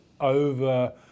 over